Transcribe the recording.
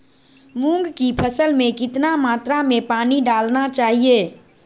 मूंग की फसल में कितना मात्रा में पानी डालना चाहिए?